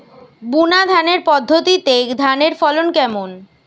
বুনাধানের পদ্ধতিতে ধানের ফলন কেমন?